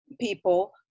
people